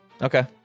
okay